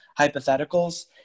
hypotheticals